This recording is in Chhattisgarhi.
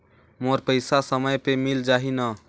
मोर पइसा समय पे मिल जाही न?